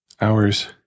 hours